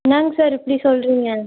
என்னங்க சார் இப்படி சொல்கிறிங்க